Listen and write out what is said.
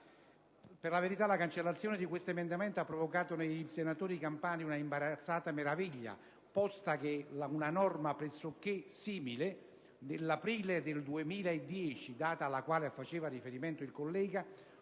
Per la verità, la cancellazione di questa disposizione ha provocato nei senatori campani un'imbarazzata meraviglia, posto che una norma pressoché simile, nell'aprile del 2010, data alla quale faceva riferimento il collega,